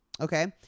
okay